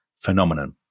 phenomenon